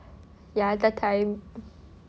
ya the time